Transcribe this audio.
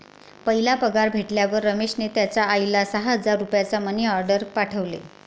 पहिला पगार भेटल्यावर रमेशने त्याचा आईला सहा हजार रुपयांचा मनी ओर्डेर पाठवले